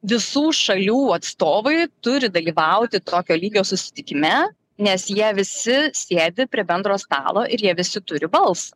visų šalių atstovai turi dalyvauti tokio lygio susitikime nes jie visi sėdi prie bendro stalo ir jie visi turi balsą